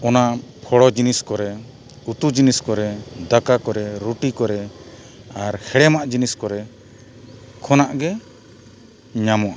ᱚᱱᱟ ᱯᱷᱚᱲᱚ ᱡᱤᱱᱤᱥ ᱠᱚᱨᱮ ᱩᱛᱩ ᱡᱤᱱᱤᱥ ᱠᱚᱨᱮ ᱫᱟᱠᱟ ᱠᱚᱨᱮ ᱨᱩᱴᱤ ᱠᱚᱨᱮ ᱟᱨ ᱦᱮᱲᱮᱢᱟᱜ ᱡᱤᱱᱤᱥ ᱠᱚᱨᱮ ᱠᱷᱚᱱᱟᱜ ᱜᱮ ᱧᱟᱢᱚᱜᱼᱟ